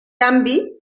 canvi